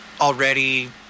already